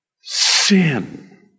sin